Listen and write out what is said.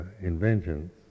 inventions